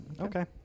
Okay